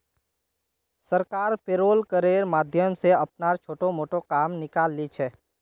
सरकार पेरोल करेर माध्यम स अपनार छोटो मोटो काम निकाले ली छेक